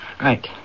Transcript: Right